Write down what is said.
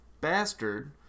bastard